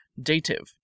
Dative